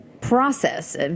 process